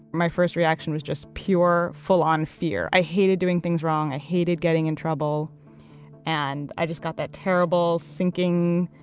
my first reaction was just pure, full-on fear. i hated doing things wrong, i hated getting in trouble and i just got that terrible, sinking,